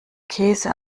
käse